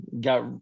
Got